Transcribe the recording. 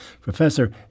Professor